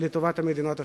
לטובת מדינות אחרות.